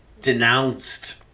denounced